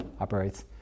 operates